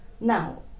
Now